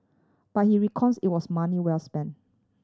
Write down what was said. but he reckons it was money well spent